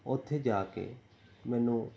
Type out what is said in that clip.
ਉੱਥੇ ਜਾ ਕੇ ਮੈਨੂੰ